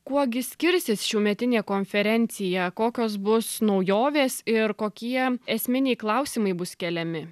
kuo gi skirsis šiųmetinė konferencija kokios bus naujovės ir kokie esminiai klausimai bus keliami